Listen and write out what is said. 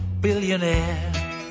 billionaire